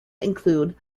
include